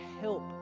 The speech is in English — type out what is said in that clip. help